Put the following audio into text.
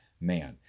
man